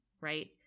right